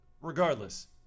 Regardless